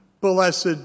blessed